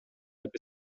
деп